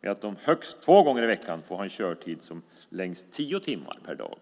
med att de högst två gånger i veckan får ha en körtid om som längst tio timmar per dag.